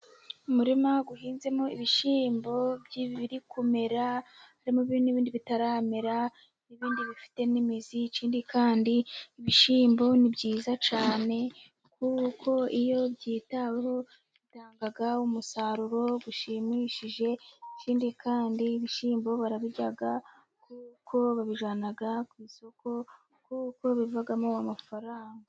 Umuririma uhinzemo ibishyimbo biri kumera, harimo n'ibindi bitaramera n'ibindi bifite n'imizi, ikindi kandi ibishyimbo ni byiza cyane kuko iyo byitaweho bitanga umusaruro ushimishije, ikindi kandi ibishyimbo barabirya kuko babijyana ku isoko, kuko bivamo amafaranga.